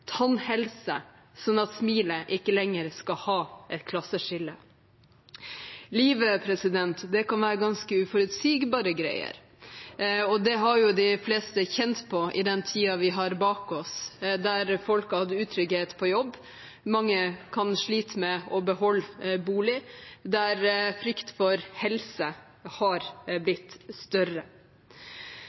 sånn at smilet ikke lenger skal ha et klasseskille. Livet kan være ganske uforutsigbare greier. Det har jo de fleste kjent på i den tiden vi har bak oss, der folk har hatt utrygghet på jobb, der mange har slitt med å beholde boligen, og der frykt for helse har blitt større.